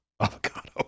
avocado